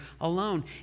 alone